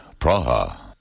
Praha